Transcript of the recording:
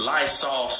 Lysol